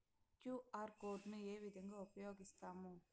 QR code ను ఏ విధంగా ఉపయగిస్తాము?